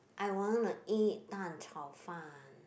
I wanna eat 蛋炒饭